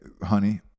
honey